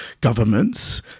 governments